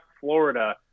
Florida